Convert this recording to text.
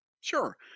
sure